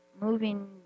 moving